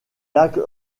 lacs